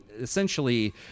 essentially